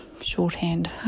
shorthand